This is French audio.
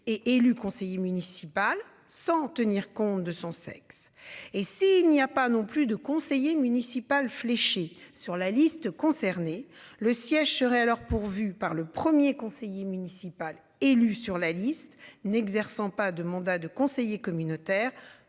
est élu conseiller municipal sans tenir compte de son sexe et si il n'y a pas non plus de conseiller municipal fléché sur la liste concernés le siège serait alors pourvu par le 1er conseiller municipal élu sur la liste n'exerçant pas de mandat de conseiller communautaire